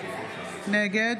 נגד